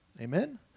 Amen